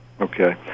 Okay